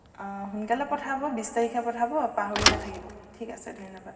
সোনকালে পঠাব বিছ তাৰিখে পঠাব পাহৰি নাথাকিব ঠিক আছে ধন্য়বাদ